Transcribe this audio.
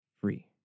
free